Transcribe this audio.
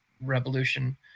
revolution